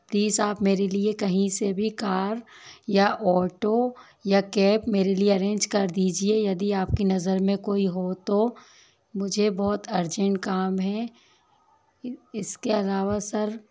please आप मेरे लिए कहीं से भी कार या ऑटो या कैब मेरे लिए अरेंज कर दीजिए यदि आप की नज़र में कोई हो तो मुझे बहुत अर्जेन्ट काम है इसके अलावा सर